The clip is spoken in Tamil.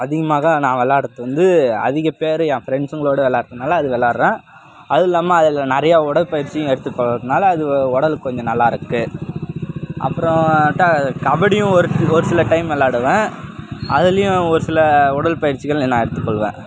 அதிகமாக நான் வெளாடறது வந்து அதிக பேர் என் ஃபிரெண்ட்ஸுங்களோடு விளாட்றதுனால அது விளாட்றேன் அதுவும் இல்லாமல் அதில் நிறையா உடற்பயிற்சியும் எடுத்துக்கொள்ளுறதுனால அது உடலுக்கு கொஞ்சம் நல்லாயிருக்கு அப்புறம் அட்ட கபடியும் ஒரு ஒரு சில டைம் விளாடுவேன் அதுலையும் ஒரு சில உடல்பயிற்சிகள் நான் எடுத்துக்கொள்வேன்